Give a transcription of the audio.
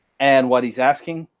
and what he's asking,